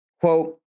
quote